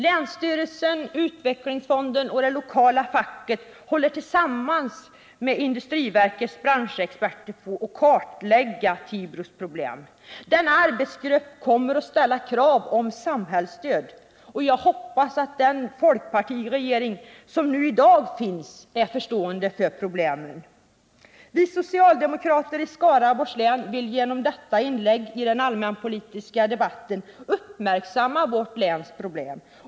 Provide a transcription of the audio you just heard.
Länsstyrelsen, utvecklingsfonden och det lokala facket håller tillsammans med industriverkets branschexperter på att kartlägga Tibros problem. Denna arbetsgrupp kommer att ställa krav på samhällsstöd, och jag hoppas att den folkpartiregering som finns nu i dag är förstående inför problemen. Vi socialdemokrater i Skaraborgs län vill genom detta inlägg i den allmänpolitiska debatten uppmärksamma vårt läns problem.